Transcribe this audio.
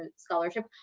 and scholarship.